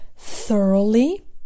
Thoroughly